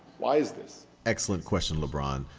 why is this? excellent question, lebron.